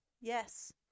Yes